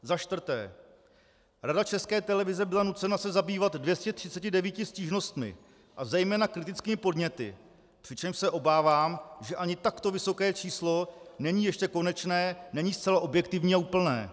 Za čtvrté, Rada České televize byla nucena se zabývat 239 stížnostmi a zejména kritickými podněty, přičemž se obávám, že ani takto vysoké číslo není ještě konečné, není zcela objektivní a úplné.